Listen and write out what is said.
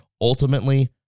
Ultimately